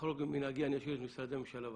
אחרוג ממנהגי, אני אשאיר את משרדי הממשלה בסוף.